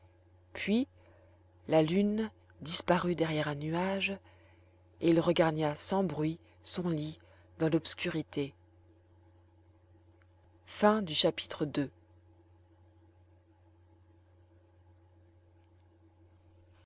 puis la lune disparut derrière un nuage et il regagna sans bruit son lit dans l'obscurité chapitre